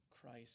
Christ